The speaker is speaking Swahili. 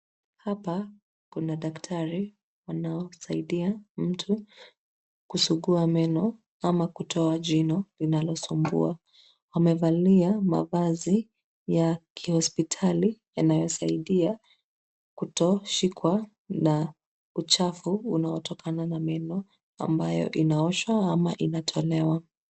Hapa kuna daktari anaosaidia mtu kusugua meno ama kutoa jino linalosumbua. Amevalia mavazi ya kihospital I yanayosaidia kutoshikwa na uchafu unatokana na meno ambayo inaoshwa ama inatolewa.